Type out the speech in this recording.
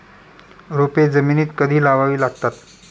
रोपे जमिनीत कधी लावावी लागतात?